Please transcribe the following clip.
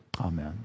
Amen